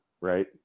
right